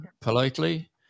politely